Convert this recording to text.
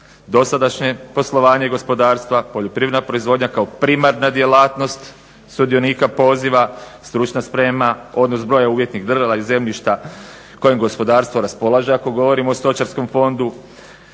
Dosadašnje poslovanje gospodarstva, poljoprivredna proizvodnja kao primarna djelatnost sudionika poziva, stručna sprema, odnos broja umjetnih … i zemljišta kojim gospodarstvo raspolaže ako govorimo o stočarskom fondu,